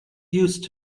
used